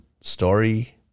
story